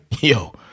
yo